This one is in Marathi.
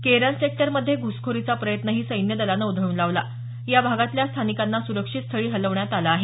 केरन सेक्टरमध्ये घुसखोरीचा प्रयत्नही सैन्यदलानं उधळून लावला या भागातल्या स्थानिकांना सुरक्षित स्थळी हलवण्यात आलं आहे